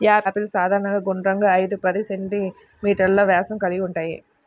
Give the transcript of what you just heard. apples సాధారణంగా గుండ్రంగా, ఐదు పది సెం.మీ వ్యాసం కలిగి ఉంటాయి